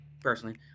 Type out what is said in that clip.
personally